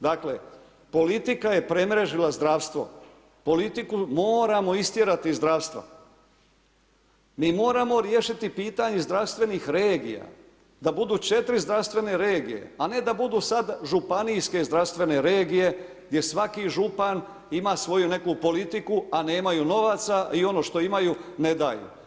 Dakle politika je premrežila zdravstvo, politiku moramo istjerati iz dzdravstva, mi moramo riješiti pitanje zdravstvenih regija da budu 4 zdravstvene regije, a ne da budu sad županijske zdravstvene regije gdje svaki župan ima svoju neku politiku, a nemaju novaca i ono što imaju ne daju.